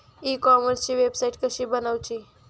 E कॉमर्सची website कशी बनवची?